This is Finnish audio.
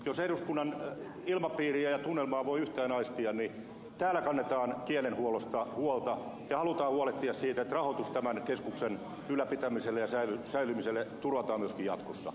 jos eduskunnan ilmapiiriä ja tunnelmaa voi yhtään aistia niin täällä kannetaan kielenhuollosta huolta ja halutaan huolehtia siitä että rahoitus tämän keskuksen ylläpitämiseen ja säilymiseen turvataan myöskin jatkossa